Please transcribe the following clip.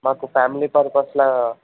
మాకు ఫ్యామిలీ పర్పస్లో